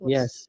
Yes